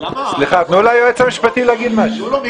תנו ליועץ המשפטי להגיד משהו.